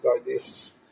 ideas